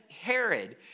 Herod